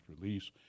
release